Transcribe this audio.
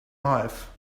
life